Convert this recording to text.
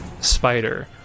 spider